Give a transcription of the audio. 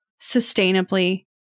sustainably